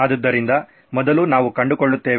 ಆದ್ದರಿಂದ ಮೊದಲು ನಾವು ಕಂಡುಕೊಳ್ಳುತ್ತೇವೆ